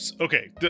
okay